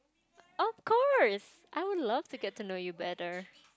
of course I would love to get to know you better